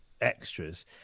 extras